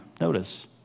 notice